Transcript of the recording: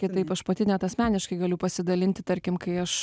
kitaip aš pati net asmeniškai galiu pasidalinti tarkim kai aš